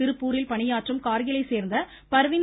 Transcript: திருப்பூரில் பணியாற்றும் கார்கிலை சேர்ந்த பர்வீன்